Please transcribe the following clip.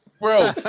Bro